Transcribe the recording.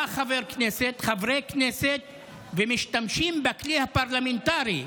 באים חברי כנסת ומשתמשים בכלי הפרלמנטרי,